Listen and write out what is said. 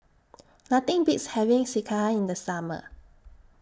Nothing Beats having Sekihan in The Summer